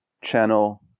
channel